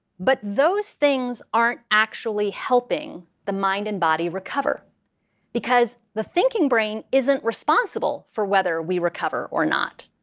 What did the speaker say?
but those things aren't actually helping the mind and body recover because the thinking brain isn't responsible for whether we recover or not.